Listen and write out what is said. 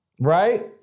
right